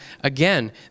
again